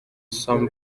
sam